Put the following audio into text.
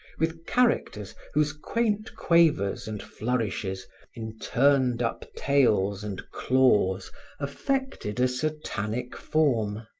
with characters whose quaint quavers and flourishes in turned up tails and claws affected a satanic form.